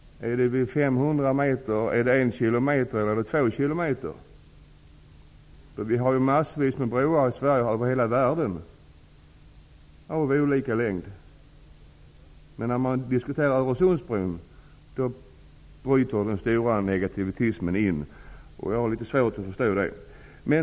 Är det vid 500 m, vid 1 km eller vid 2 km? Det finns ju i Sverige och över hela världen massvis med broar av olika längd, men när man diskuterar Öresundsbron bryter den stora negativismen ut. Jag har litet svårt att förstå det.